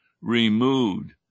removed